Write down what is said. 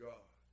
God